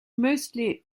mostly